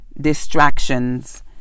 distractions